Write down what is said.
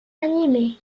animé